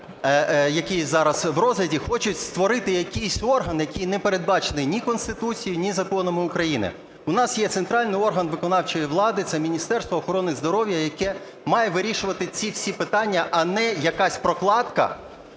який зараз в розгляді, хочуть створити якійсь орган, який не передбачений ні Конституцією, ні законами України. У нас є центральний орган виконавчої влади – це Міністерство охорони здоров'я, яке має вирішувати ці всі питання, а не якась "прокладка"